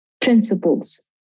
principles